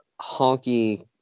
Honky